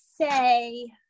say